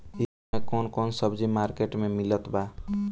इह समय कउन कउन सब्जी मर्केट में मिलत बा?